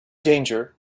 danger